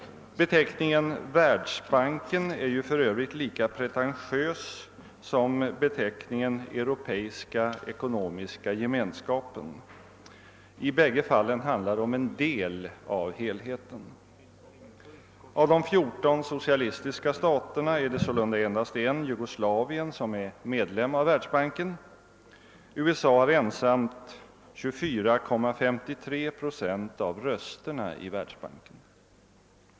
Beteckningen världsbanken är för övrigt lika pretentiös som beteckningen europeiska ekonomiska gemenskapen. I båda fallen handlar det om en del av helheten. Av de 14 socialistiska staterna är det sålunda endast en, nämligen Jugoslavien, som är medlem av världsbanken. USA har ensamt 24,53 procent av rösterna i världsbanken.